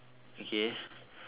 okay